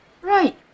Right